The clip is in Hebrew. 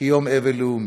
ביום אבל לאומי.